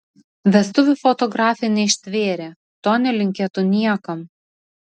vestuvių fotografė neištvėrė to nelinkėtų niekam